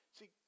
See